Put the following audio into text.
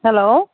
hello